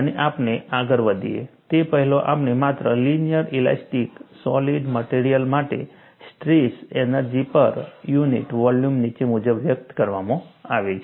અને આપણે આગળ વધીએ તે પહેલાં આપણે માત્ર લિનિયર ઇલાસ્ટિક સોલિડ મટેરીઅલ માટે stress energy per unit volume નીચે મુજબ વ્યક્ત કરવામાં આવે છે